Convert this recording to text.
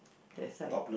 that's right